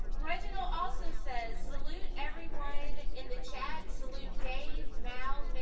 reginald also says salute everyone in the chat. salute dave, mal,